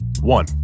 one